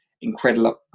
incredible